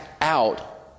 out